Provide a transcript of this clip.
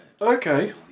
Okay